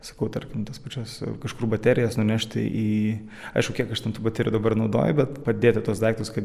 sakau tarkim tas pačias kažkur baterijas nunešti į aišku kiek aš ten tų baterijų dabar naudoju bet padėti tuos daiktus kad